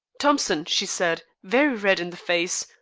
thompson, she said, very red in the face,